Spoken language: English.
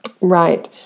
Right